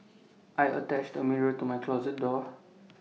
I attached A mirror to my closet door